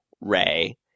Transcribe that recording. ray